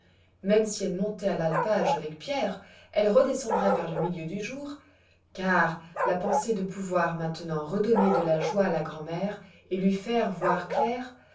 même si elle montait à l'alpage avec pierre elle redescendrait vers le milieu du jour car la pensée de pouvoir maintenant redonner de la joie à la grand'mère et lui faire voir clair